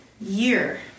year